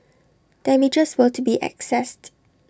damages were to be accessed